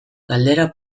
galdera